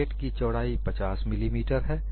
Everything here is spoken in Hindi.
प्लेट की चौड़ाई 50 मिलीमीटर है